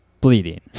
bleeding